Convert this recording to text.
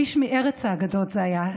איש מארץ האגדות זה היה,